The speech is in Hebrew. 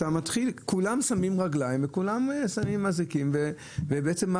שאלתי את חברות התחבורה הציבורית למה הן לא